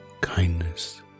kindness